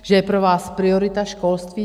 Že je pro vás priorita školství?